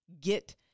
get